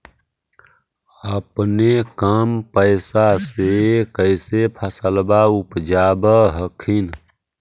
अपने कम पैसा से कैसे फसलबा उपजाब हखिन?